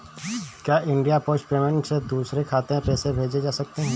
क्या India post payment bank से दूसरे खाते में पैसे भेजे जा सकते हैं?